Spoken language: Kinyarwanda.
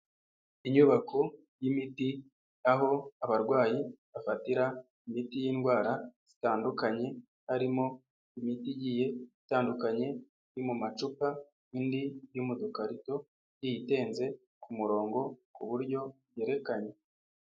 Inyubako y'imiti, aho abarwayi, bafatira, imiti y'indwara, zitandukanye, harimo, imiti igiye, itandukanye, iri mu macupa, indi iri mu dukarito, igiye itenze, ku murongo, ku buryo yerekanye.